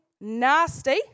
nasty